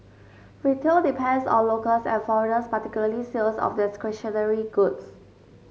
retail depends on locals and foreigners particularly sales of discretionary goods